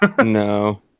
No